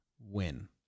win